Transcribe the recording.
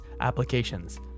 applications